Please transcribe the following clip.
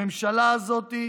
הממשלה הזאת,